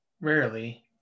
rarely